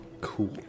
Cool